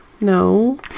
No